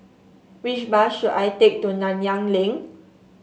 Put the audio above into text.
which bus should I take to Nanyang Link